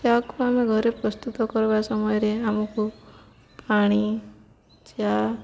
ଚା'କୁ ଆମେ ଘରେ ପ୍ରସ୍ତୁତ କରିବା ସମୟରେ ଆମକୁ ପାଣି ଚା